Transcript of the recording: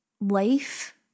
life